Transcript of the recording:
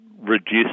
Reduce